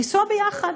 לנסוע יחד.